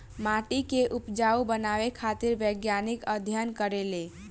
माटी के उपजाऊ बनावे खातिर वैज्ञानिक अध्ययन करेले